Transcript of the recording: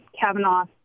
Kavanaugh